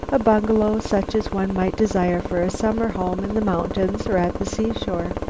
a bungalow such as one might desire for a summer home in the mountains or at the seashore.